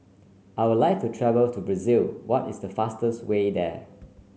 I would like to travels to Brazil what is the fastest way there